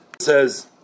Says